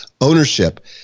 ownership